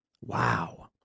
Wow